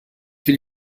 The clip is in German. will